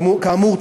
כאמור,